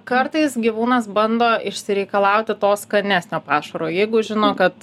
kartais gyvūnas bando išsireikalauti to skanesnio pašaro jeigu žino kad